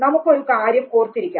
നമുക്കൊരു കാര്യം ഓർത്തിരിക്കാം